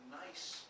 nice